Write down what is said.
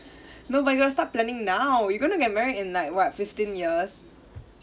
no but you gotta start planning now you're gonna get married in like what fifteen years